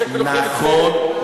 נכון,